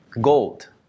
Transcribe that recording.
gold